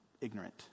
ignorant